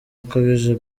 akabije